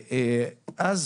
ואז